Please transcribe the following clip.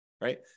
right